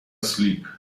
asleep